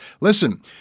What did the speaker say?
Listen